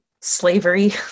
slavery